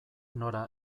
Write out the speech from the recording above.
nora